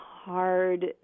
hard